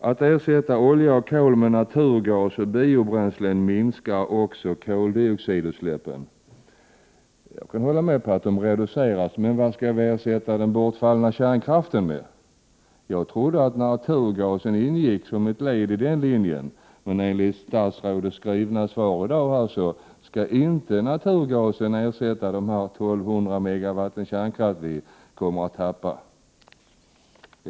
”Att ersätta olja och kol med naturgas och biobränslen minskar också koldioxidutsläppen”', säger statsrådet. Jag kan hålla med om att de reduceras. Men vad skall vi ersätta den kärnkraft som faller bort med? Jag trodde att naturgasen ingick som ett led i den linjen. Men enligt statsrådets svar i dag skall inte naturgasen ersätta de 1 200 megawatt kärnkraft vi kommer att tappa.